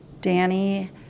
Danny